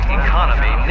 economy